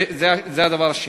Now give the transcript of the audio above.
זה הדבר השני.